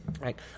Right